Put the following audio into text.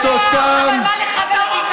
אין לך את היכולת,